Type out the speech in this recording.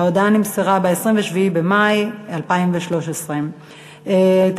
ההודעה נמסרה ב-27 במאי 2013. את